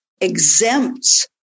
exempts